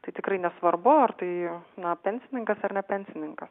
tai tikrai nesvarbu ar tai na pensininkas ar ne pensininkas